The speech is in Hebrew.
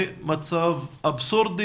זה מצב אבסורדי,